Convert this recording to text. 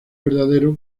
verdadero